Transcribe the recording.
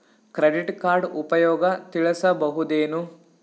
Credit card ಉಪಯೋಗ ತಿಳಸಬಹುದೇನು?